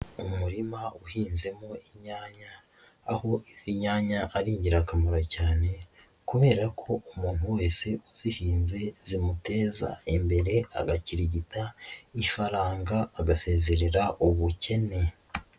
Umurima uhinzemo imyanya aho izi nyanya ari ingirakamaro cyane kubera ko umuntu wese uzihinze zimuteza imbere agakirigita, ifaranga agasezerera ubukene.